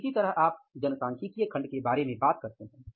तो इसी तरह आप जनसांख्यिकीय खंड के बारे में बात करते हैं